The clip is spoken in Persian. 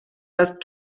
است